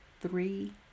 three